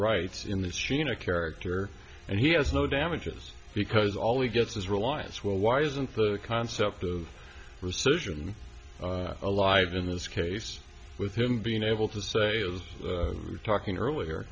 rights in this you know character and he has no damages because all he gets is reliance well why isn't the concept of rescission alive in this case with him being able to say i was talking earlier